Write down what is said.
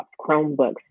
Chromebooks